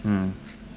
mm